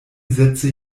sätze